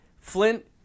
Flint